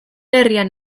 herrian